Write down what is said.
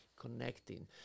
connecting